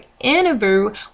interview